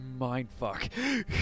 mindfuck